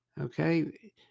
Okay